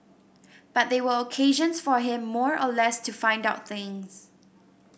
but they were occasions for him more or less to find out things